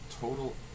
total